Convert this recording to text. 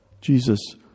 Jesus